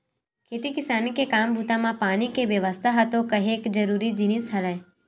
खेती किसानी के काम बूता म पानी के बेवस्था ह तो काहेक जरुरी जिनिस हरय